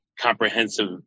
comprehensive